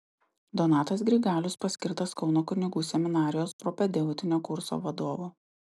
donatas grigalius paskirtas kauno kunigų seminarijos propedeutinio kurso vadovu